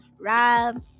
Rob